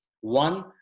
one